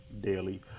daily